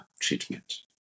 Treatment